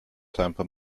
temper